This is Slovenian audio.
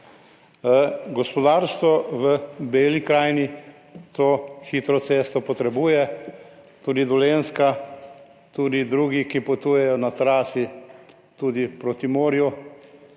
Gospodarstvo v Beli krajini to hitro cesto potrebuje, tudi Dolenjska, tudi drugi, ki potujejo na tej trasi, tudi proti morju.